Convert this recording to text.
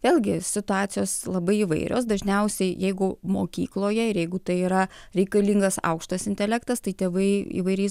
vėlgi situacijos labai įvairios dažniausiai jeigu mokykloje ir jeigu tai yra reikalingas aukštas intelektas tai tėvai įvairiais